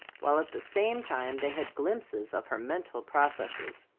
while at the same time they had glimpses of her mental processes.